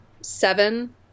Seven